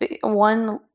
one